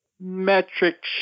metric